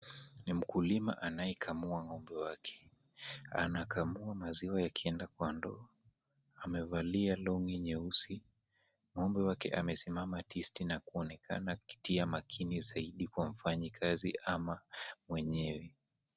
Ni mkulima anayekamua ng'ombe wake. Anakamua maziwa yakienda kwa ndoo. Amevalia long'i nyeusi. Ng'ombe wake amesimama tisti na kuonekana akitia makini zaidi kwa mfanyikazi ama mwenyewe.